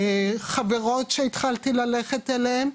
חברות שהתחלתי ללכת אליהן,